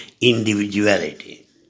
individuality